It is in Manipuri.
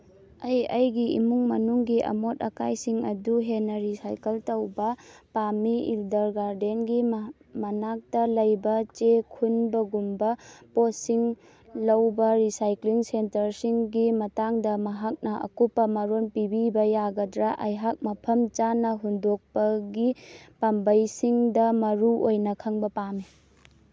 ꯑꯩ ꯑꯩꯒꯤ ꯏꯃꯨꯡ ꯃꯅꯨꯡꯒꯤ ꯑꯃꯣꯠ ꯑꯀꯥꯏꯁꯤꯡ ꯑꯗꯨ ꯍꯦꯟꯅ ꯔꯤꯁꯥꯏꯀꯜ ꯇꯧꯕ ꯄꯥꯝꯃꯤ ꯏꯜꯗꯔ ꯒꯥꯔꯗꯦꯟꯒꯤ ꯃꯅꯥꯛꯇ ꯂꯩꯕ ꯆꯦ ꯈꯨꯟꯕꯒꯨꯝꯕ ꯄꯣꯠꯁꯤꯡ ꯂꯧꯕ ꯔꯤꯁꯥꯏꯀ꯭ꯂꯤꯡ ꯁꯦꯟꯇꯔꯁꯤꯡꯒꯤ ꯃꯇꯥꯡꯗ ꯃꯍꯥꯛꯅ ꯑꯀꯨꯞꯄ ꯃꯔꯣꯜ ꯄꯤꯕꯤꯕ ꯌꯥꯒꯗ꯭ꯔ ꯑꯩꯍꯥꯛ ꯃꯐꯝ ꯆꯥꯅ ꯍꯨꯟꯗꯣꯛꯄꯒꯤ ꯄꯥꯝꯕꯩꯁꯤꯡꯗ ꯃꯔꯨꯑꯣꯏꯅ ꯈꯪꯕ ꯄꯥꯝꯃꯤ